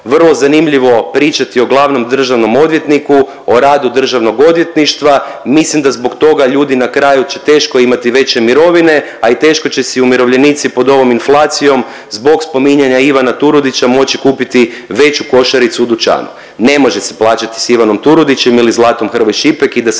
vrlo zanimljivo pričati o glavnom državnom odvjetniku, o radu državnog odvjetništva, mislim da zbog toga ljudi na kraju će teško imati veće mirovine, a i teško će si umirovljenici pod ovom inflacijom zbog spominjanja Ivana Turudića moći kupiti veću košaricu u dućanu. Ne može se plaćati s Ivanom Turudićom ili Zlatom Hrvoj-Šipek i da sad